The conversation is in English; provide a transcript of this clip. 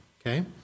Okay